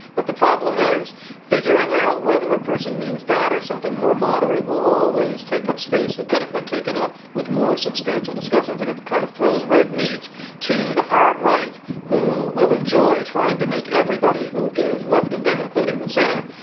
but the problem is figuring out whether a person means that or something more moderate will always take up space that could have been taken up with more substantial discussions. and it's kind of throws red meat to the hard right who will enjoy trying to make everybody who is left of them, including the center,